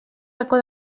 racó